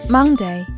Monday